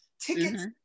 tickets